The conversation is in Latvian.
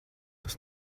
tas